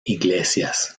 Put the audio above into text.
iglesias